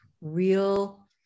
real